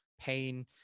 pain